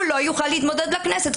לא יוכל להתמודד לכנסת.